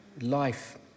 Life